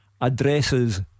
addresses